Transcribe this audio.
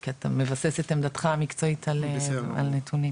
כי אתה מבסס את עמדתך המקצועית על נתונים.